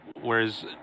whereas